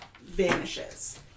vanishes